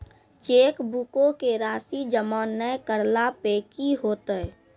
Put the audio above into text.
चेकबुको के राशि जमा नै करला पे कि होतै?